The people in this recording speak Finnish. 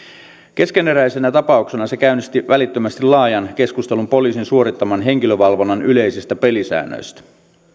keskeneräisenä tapauksena se käynnisti välittömästi laajan keskustelun poliisin suorittaman henkilövalvonnan yleisistä pelisäännöistä